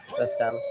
system